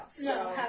No